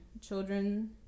Children